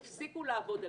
תפסיקו לעבוד עלינו,